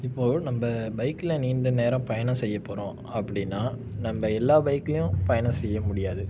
இப்போது நம்ம பைக்ல நீண்ட நேரம் பயணம் செய்ய போகிறோம் அப்படின்னா நம்ம எல்லா பைக்லேயும் பயணம் செய்ய முடியாது